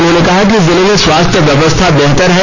उन्होंने कहा कि जिले में स्वास्थ्य व्यवस्था बेहतर है